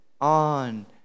on